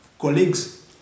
colleagues